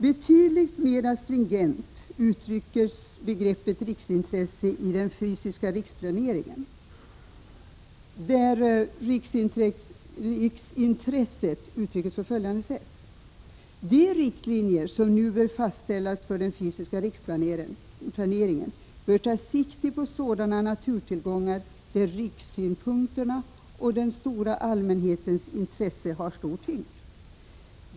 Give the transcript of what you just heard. Betydligt mera stringent uttrycktes begreppet riksintresse i den fysiska riksplaneringen, där det formulerades på följande sätt: De riktlinjer som nu bör fastställas för den fysiska riksplaneringen bör ta sikte på sådana naturtillgångar där rikssynpunkterna och den stora allmänhetens intresse har stor tyngd.